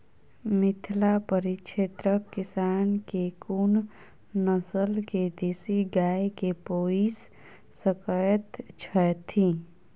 मिथिला परिक्षेत्रक किसान केँ कुन नस्ल केँ देसी गाय केँ पोइस सकैत छैथि?